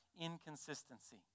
inconsistency